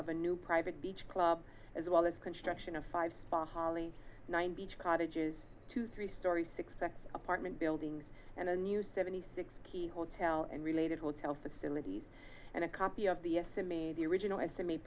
of a new private beach club as well as construction of five spa holly one beach cottages two three story six apartment buildings and a new seventy six key hotel and related hotel facilities and a copy of the estimate the original estimate